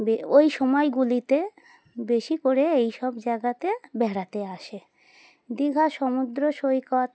ওই সময়গুলিতে বেশি করে এই সব জায়গাতে বেড়াতে আসে দীঘা সমুদ্র সৈকত